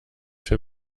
für